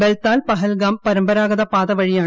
ബൽതാൽ പഹൽഗാം പരമ്പരാഗത പാതവഴിയാണ്